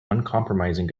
uncompromising